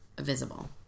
visible